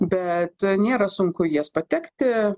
bet nėra sunku į jas patekti